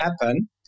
happen